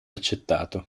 accettato